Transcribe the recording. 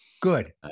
Good